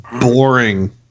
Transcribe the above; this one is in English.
boring